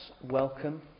welcome